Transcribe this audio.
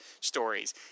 stories